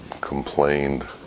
complained